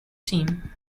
team